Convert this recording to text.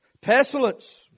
Pestilence